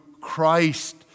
Christ